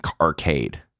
arcade